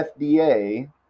FDA